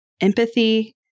empathy